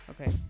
okay